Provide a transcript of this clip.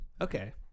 okay